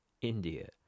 India